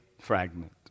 Fragment